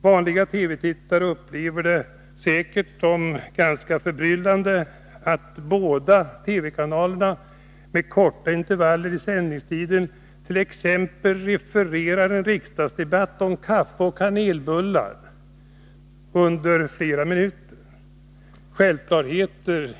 Vanliga TV-tittare upplever det säkert som ganska förbryllande att båda TV-kanalerna, med korta intervaller i sändningstider, t.ex. refererar en riksdagsdebatt om kaffe och kanelbullar under flera minuter. Det gällde f. ö. självklarheter.